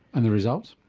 and the results?